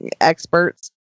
experts